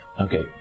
Okay